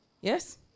yes